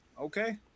Okay